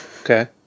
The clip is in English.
okay